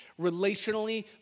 relationally